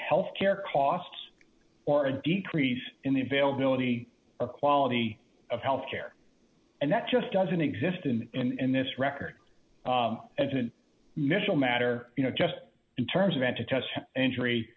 healthcare costs or a decrease in the availability of quality of health care and that just doesn't exist in in this record as a missile matter you know just in terms of an to test injury